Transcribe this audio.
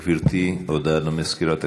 גברתי, הודעה למזכירת הכנסת,